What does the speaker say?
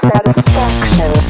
Satisfaction